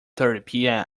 thirty